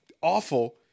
awful